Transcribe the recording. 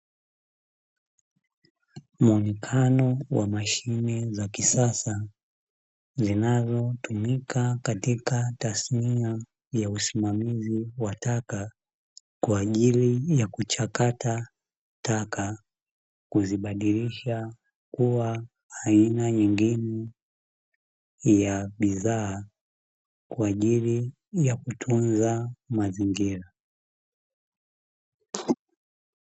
Muonekano wa mashine ya kisasa inayotumika kwenye tasnia ya taka ikiwa na taka kwa ajili ya kutunza mazingira.